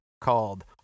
called